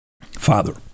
Father